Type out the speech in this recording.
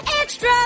extra